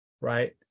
Right